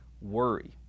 worry